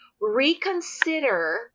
reconsider